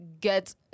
get